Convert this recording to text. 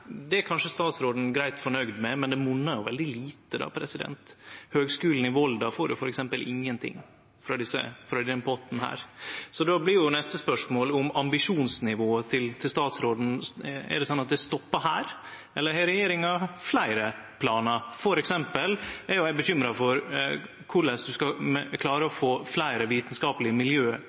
er kanskje statsråden greitt fornøgd med, men det monnar jo veldig lite. Høgskulen i Volda får f.eks. ingenting frå denne potten. Då blir neste spørsmål om ambisjonsnivået til statsråden. Er det slik at det stoppar her, eller har regjeringa fleire planar? For eksempel er eg bekymra for korleis ein skal klare å få fleire vitskaplege miljø